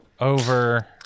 Over